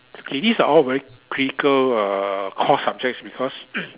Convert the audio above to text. okay this are all very critical uh core subjects because